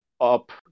up